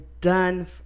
done